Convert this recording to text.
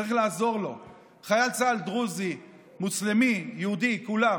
לחייל צה"ל דרוזי, מוסלמי, יהודי, לכולם.